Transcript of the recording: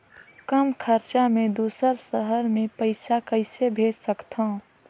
कम खरचा मे दुसर शहर मे पईसा कइसे भेज सकथव?